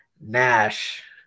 Nash